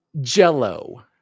Jell-O